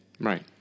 Right